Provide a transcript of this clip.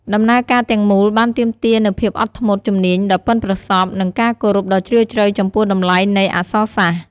ដំណើរការទាំងមូលបានទាមទារនូវភាពអត់ធ្មត់ ជំនាញដ៏ប៉ិនប្រសប់ និងការគោរពដ៏ជ្រាលជ្រៅចំពោះតម្លៃនៃអក្សរសាស្ត្រ។